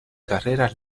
carreras